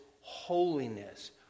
holiness